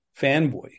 fanboy